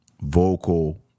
vocal